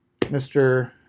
mr